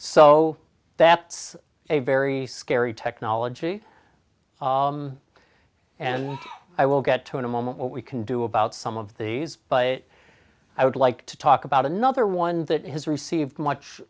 so that's a very scary technology and i will get to in a moment what we can do about some of these but i would like to talk about another one that has received much